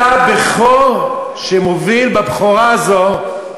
אתה בכור שמוביל בבכורה הזאת,